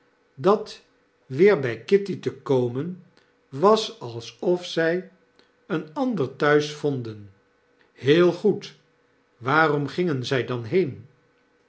dat weer by kitty te komen was alsof zij een ander thuis vonden heel goed waarom gingen zy dan heen